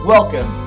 Welcome